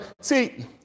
see